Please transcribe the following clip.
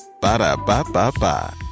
Ba-da-ba-ba-ba